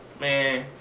Man